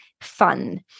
fun